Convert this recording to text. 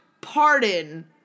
pardon